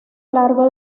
largo